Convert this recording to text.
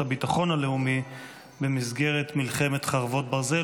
הביטחון הלאומי במסגרת מלחמת חרבות ברזל.